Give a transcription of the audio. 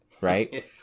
right